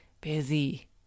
busy